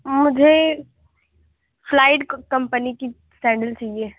مجھے flight company کی sandal چاہیے